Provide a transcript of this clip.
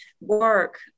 work